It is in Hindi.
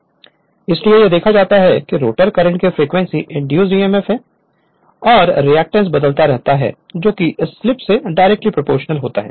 Refer Slide Time 2638 इसलिए यह देखा जाता है कि रोटर करंट की फ्रीक्वेंसी इंड्यूस्ड emf है और रिएक्टेंस बदलता रहता है जोकि स्लिप से डायरेक्टली प्रोपोर्शनल होता है